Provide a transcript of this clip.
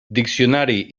diccionari